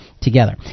together